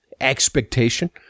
expectation